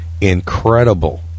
incredible